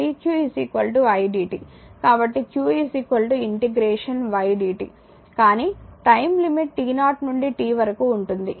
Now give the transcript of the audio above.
కాబట్టి dq idt కాబట్టి q integration ydt కానీ టైమ్ లిమిట్ t0 నుండి t వరకు ఉంటుంది